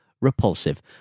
repulsive